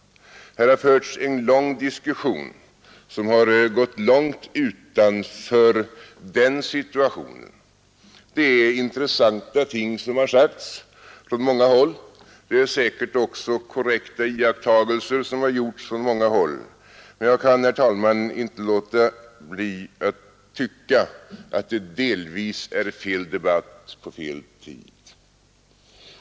Här har nu förts en lång diskussion som gått vida utanför den situationen. Det är intressanta ting som har sagts från många håll, och det är säkerligen också korrekta iakttagelser som har gjorts från många håll. Men jag kan, herr talman, inte låta bli att tycka att det delvis är fel debatt på fel tid.